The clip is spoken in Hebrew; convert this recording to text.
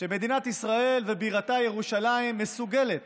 שמדינת ישראל ובירתה ירושלים מסוגלות